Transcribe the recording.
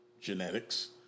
genetics